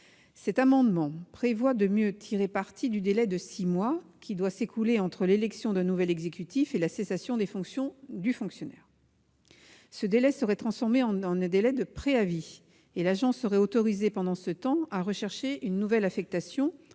Cet amendement tend à mieux tirer parti du délai de six mois qui doit s'écouler entre l'élection d'un nouvel exécutif et la cessation des fonctions du fonctionnaire. Ce laps de temps serait transformé en un délai de préavis, et l'agent serait autorisé pendant cette période à rechercher une nouvelle affectation « en